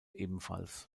ebenfalls